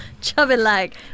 chubby-like